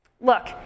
Look